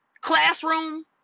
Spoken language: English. classroom